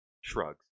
shrugs